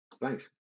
Thanks